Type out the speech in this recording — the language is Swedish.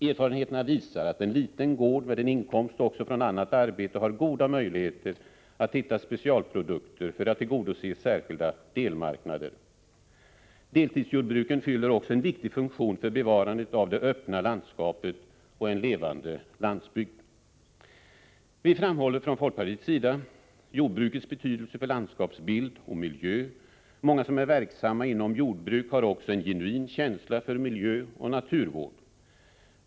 Erfarenheterna visar att man på en liten gård, där man har inkomst också från annat arbete, har goda möjligheter att hitta specialprodukter för att tillgodose särskilda delmarknader. Deltidsjordbruken fyller en viktig funktion för bevarandet av det öppna landskapet och en levande landsbygd. Folkpartiet framhåller jordbrukets betydelse för landskapsbild och miljö. Många som är verksamma inom jordbruk har också en genuin känsla för miljöoch naturvård.